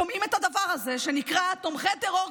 ושומעים את הדבר הזה שנקרא תומכי טרור,